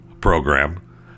program